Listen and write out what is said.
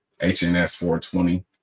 HNS420